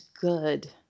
good